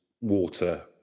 water